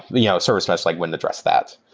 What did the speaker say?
yeah service mesh like wouldn't address that,